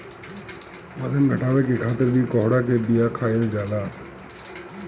बजन घटावे खातिर भी कोहड़ा के बिया खाईल जाला